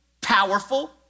powerful